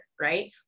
right